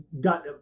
got